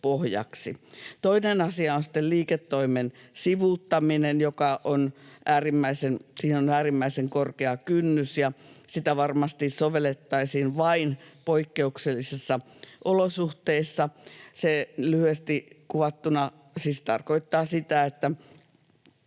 Toinen asia on sitten liiketoimen sivuuttaminen, jossa on äärimmäisen korkea kynnys, ja sitä varmasti sovellettaisiin vain poikkeuksellisissa olosuhteissa. Se lyhyesti kuvattuna siis tarkoittaa sitä, että